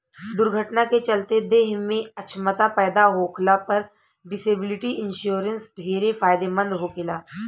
दुर्घटना के चलते देह में अछमता पैदा होखला पर डिसेबिलिटी इंश्योरेंस ढेरे फायदेमंद होखेला